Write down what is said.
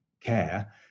care